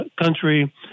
country